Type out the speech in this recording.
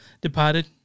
Departed